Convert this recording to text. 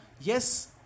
yes